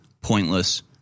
pointless